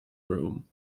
room